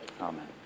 Amen